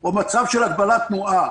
או מצב של הגבלת תנועה.